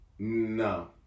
No